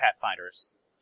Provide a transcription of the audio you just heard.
Pathfinder's